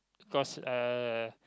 cause uh